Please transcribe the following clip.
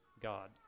God